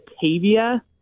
Batavia